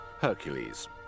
Hercules